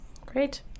Great